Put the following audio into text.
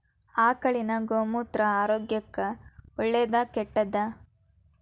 ಆಕಳಿನ ಗೋಮೂತ್ರ ಆರೋಗ್ಯಕ್ಕ ಒಳ್ಳೆದಾ ಕೆಟ್ಟದಾ?